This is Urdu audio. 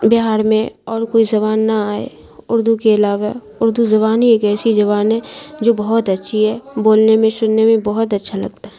بہار میں اور کوئی زبان نہ آئے اردو کے علاوہ اردو زبان ہی ایک ایسی زبان ہے جو بہت اچھی ہے بولنے میں سننے میں بہت اچھا لگتا ہے